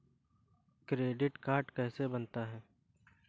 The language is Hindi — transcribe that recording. क्रेडिट कार्ड कैसे बनता है?